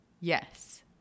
Yes